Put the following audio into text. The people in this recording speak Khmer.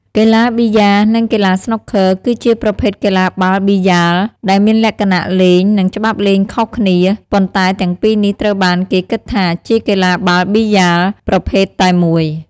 កីឡាប៊ីយ៉ា និង កីឡាស្នូកឃឺ គឺជាប្រភេទកីឡាបាល់ប៊ីយ៉ាល ដែលមានលក្ខណៈលេង និងច្បាប់លេងខុសគ្នា ប៉ុន្តែទាំងពីរនេះត្រូវបានគេគិតថាជាកីឡាបាល់ប៊ីយ៉ាលប្រភេទតែមួយ។